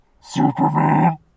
Superman